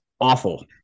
awful